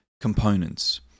components